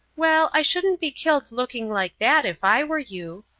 well, i shouldn't be killed looking like that if i were you,